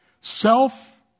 Self